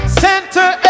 center